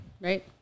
Right